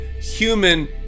human